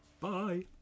Bye